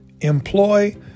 employ